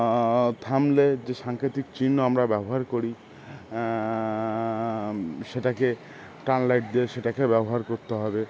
থামলে যে সাংকেতিক চিহ্ন আমরা ব্যবহার করি সেটাকে টার্নলাইট দিয়ে সেটাকে ব্যবহার করতে হবে